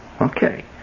Okay